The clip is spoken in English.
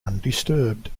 undisturbed